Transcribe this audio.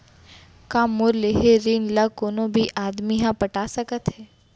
का मोर लेहे ऋण ला कोनो भी आदमी ह पटा सकथव हे?